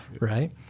Right